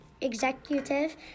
executive